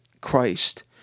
Christ